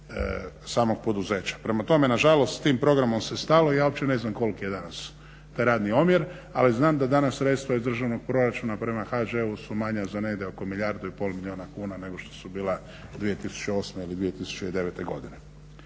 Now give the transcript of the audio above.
samog poduzeća. Prema tome nažalost s tim programom se stalo i ja uopće ne znam koliki je taj radni omjer, ali znam danas da sredstva iz državnog proračuna prema HŽ-u su manja za negdje oko milijardu i pol kuna nego što su bila 2008.ili 2009.godine.